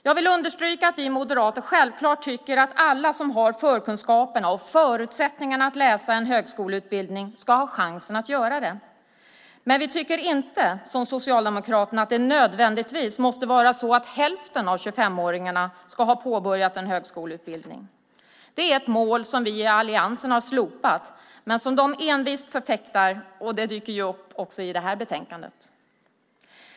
Jag vill understryka att vi moderater självklart tycker att alla som har förkunskaperna och förutsättningarna att läsa en högskoleutbildning ska ha chansen att göra det, men vi tycker inte, som Socialdemokraterna, att det nödvändigtvis måste vara så att hälften av 25-åringarna ska ha påbörjat en högskoleutbildning. Det är ett mål som vi i alliansen har slopat men som de envist förfäktar. Det dyker ju upp också i det här betänkandet.